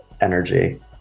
energy